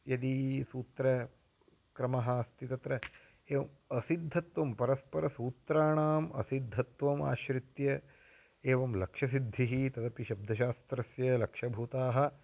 यदी सूत्रक्रमः अस्ति तत्र एवम् असिद्धत्त्वं परस्परसूत्राणाम् असिद्धत्वम् आश्रित्य एवं लक्षसिद्धिः तदपि शब्दशास्त्रस्य लक्षभूताः